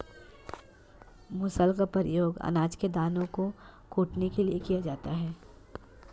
मूसल का प्रयोग अनाज के दानों को कूटने के लिए किया जाता है